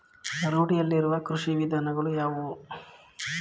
ರೂಢಿಯಲ್ಲಿರುವ ಕೃಷಿ ವಿಧಾನಗಳು ಯಾವುವು?